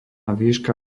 výška